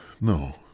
no